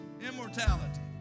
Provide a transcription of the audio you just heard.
immortality